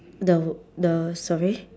the the sorry